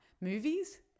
movies